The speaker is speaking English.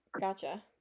gotcha